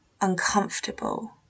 uncomfortable